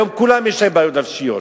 היום לכולם יש בעיות נפשיות.